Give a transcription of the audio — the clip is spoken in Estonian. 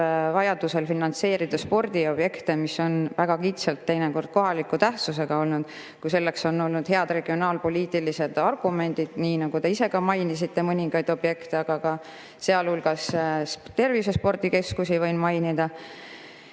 vajadusel finantseerida spordiobjekte – mis on teinekord väga kitsalt kohaliku tähtsusega olnud –, kui selleks on olnud head regionaalpoliitilised argumendid. Nagu te ise ka mainisite mõningaid objekte, siis sealhulgas tervisespordikeskusi võin mainida.